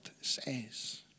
says